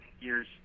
years